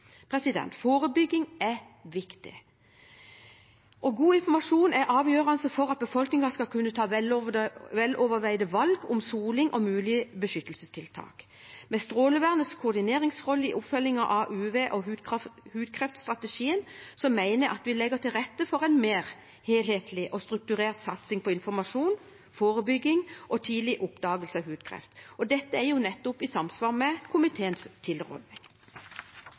Forebygging er viktig, og god informasjon er avgjørende for at befolkningen skal kunne ta veloverveide valg om soling og mulige beskyttelsestiltak. Med Statems strålevern koordineringsrolle i oppfølgingen av UV- og hudkreftstrategien mener jeg at vi legger til rette for en mer helhetlig og strukturert satsing på informasjon, forebygging og tidlig oppdagelse av hudkreft. Dette er jo nettopp i samsvar med komiteens tilråding.